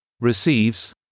receives